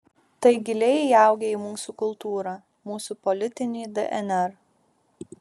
tai giliai įaugę į mūsų kultūrą mūsų politinį dnr